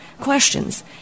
questions